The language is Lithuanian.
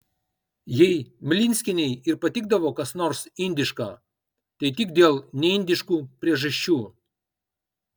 jei mlinskienei ir patikdavo kas nors indiška tai tik dėl neindiškų priežasčių